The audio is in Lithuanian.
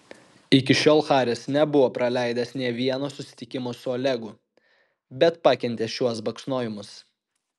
iki šiol haris nebuvo praleidęs nė vieno susitikimo su olegu bet pakentė šiuos baksnojimus